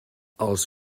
els